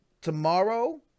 Tomorrow